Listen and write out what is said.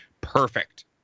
Perfect